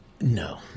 no